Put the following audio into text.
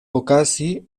okazi